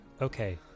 okay